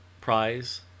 Prize